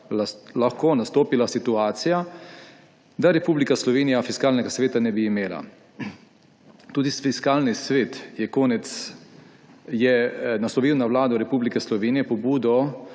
lahko nastopila situacija, da Republika Slovenija Fiskalnega sveta ne bi imela. Tudi Fiskalni svet je naslovil na Vlado Republike Slovenije pobudo,